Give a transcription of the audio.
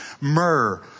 Myrrh